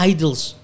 Idols